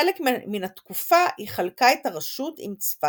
חלק מן התקופה היא חלקה את הראשות עם צפת.